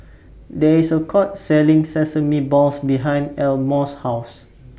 There IS A Food Court Selling Sesame Balls behind Elmore's House